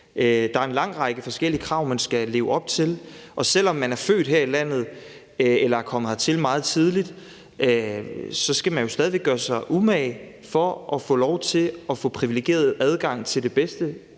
Der er en lang række forskellige krav, man skal leve op til. Selv om man er født her i landet eller er kommet hertil meget tidligt, skal man stadig væk gøre sig umage for at få lov til at få privilegeret adgang til det bedste